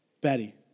Betty